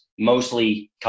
mostly